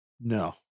No